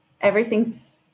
everything's